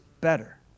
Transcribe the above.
better